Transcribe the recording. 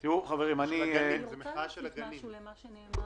הדיון, סליחה.